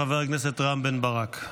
חבר הכנסת רם בן ברק,